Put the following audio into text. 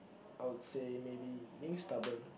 I would say maybe being stubborn